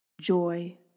joy